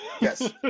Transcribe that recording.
Yes